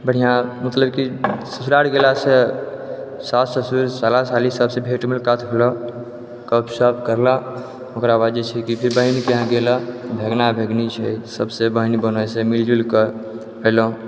बढ़िआँ मतलब कि ससुराल गेलासँ सास ससुर साला साली सबसँ भेँट मुलाकात होलऽ गपसप केलक ओकरा बाद जे छै कि बहिनके यहाँ गेलऽ भगिना भगिनी छै सबसँ बहिन बहनोइसँ मिलजुलके अएलहुँ